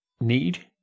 need